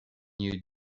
you